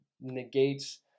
negates